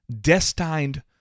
destined